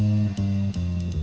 and